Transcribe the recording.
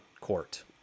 court